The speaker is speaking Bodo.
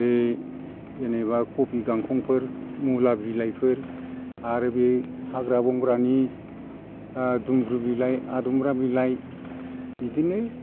बै जेनेबा कबि गांखंफोर मुला बिलाइफोर आरो बै हाग्रा बंग्रानि दुमब्रु बिलाइ आदुमब्रा बिलाइ बिदिनो